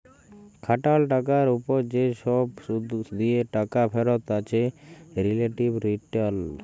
খাটাল টাকার উপর যে সব শুধ দিয়ে টাকা ফেরত আছে রিলেটিভ রিটারল